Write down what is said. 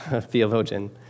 theologian